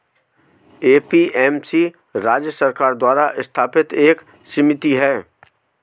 APMC राज्य सरकार द्वारा स्थापित एक समिति है